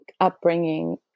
upbringing